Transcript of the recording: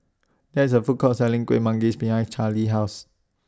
There IS A Food Court Selling Kueh Manggis behind Carlie's House